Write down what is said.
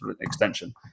extension